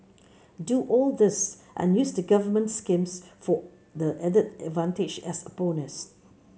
do all this and use the government schemes for the added advantage as a bonus